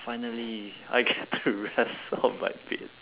finally I get to rest out of my bed